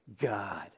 God